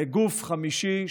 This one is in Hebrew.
וגוף חמישי,